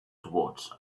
towards